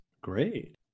Great